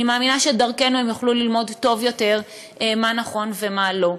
אני מאמינה שדרכנו הם יוכלו ללמוד טוב יותר מה נכון ומה לא.